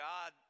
God